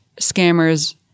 scammers